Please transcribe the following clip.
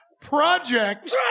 project